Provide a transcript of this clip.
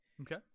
Okay